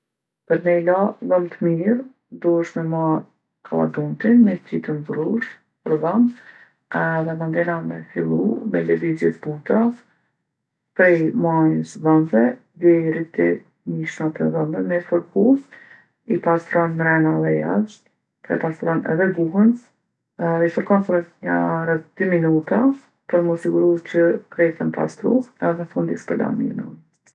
Për me i la dhomt mirë duhesh me marrë kalladontin me e qit n'brushë për dhom edhe mandena me fillu me lëvizje t'buta prej majës t'dhomve deri te mishnat e dhomve me fërku. I pastron mrena edhe jashtë, e pastron edhe guhën edhe i fërkon për nja rreth dy minuta për mu siguru që krejt jon pastru edhe n'fund i shpërlan mirë me ujë.